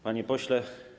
Panie Pośle!